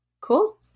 cool